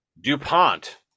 dupont